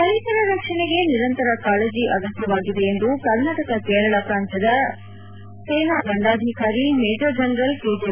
ಪರಿಸರ ರಕ್ಷಣೆಗೆ ನಿರಂತರ ಕಾಳಜಿ ಅಗತ್ಯವಾಗಿದೆ ಎಂದು ಕರ್ನಾಟಕ ಕೇರಳ ಪ್ರಾತಂತ್ಯದ ಸೇನಾ ದಂಡಾಧಿಕಾರಿ ಮೇಜರ್ ಜನರಲ್ ಕೆಜೆ